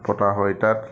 পতা হয় তাত